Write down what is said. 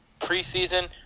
preseason